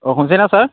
অঁ শুনিছেনে ছাৰ